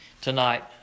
tonight